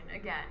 again